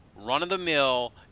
run-of-the-mill